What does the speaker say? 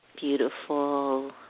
Beautiful